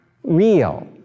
real